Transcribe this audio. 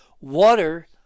water